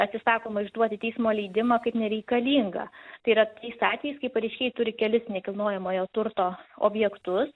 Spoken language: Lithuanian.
atsisakoma išduoti teismo leidimą kaip nereikalingą tai yra tais atvejais kai pareiškėjai turi kelis nekilnojamojo turto objektus